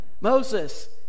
Moses